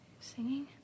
singing